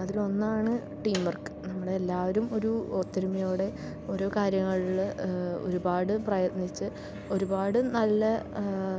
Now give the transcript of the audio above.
അതിലൊന്നാണ് team work നമ്മളെ എല്ലാവരും ഒരു ഒത്തൊരുമയോടെ ഓരോ കാര്യങ്ങളില് ഒരുപാട് പ്രയത്നിച്ച് ഒരുപാട് നല്ല